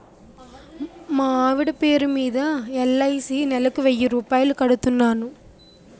మా ఆవిడ పేరు మీద ఎల్.ఐ.సి నెలకు వెయ్యి రూపాయలు కడుతున్నాను